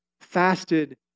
fasted